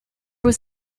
was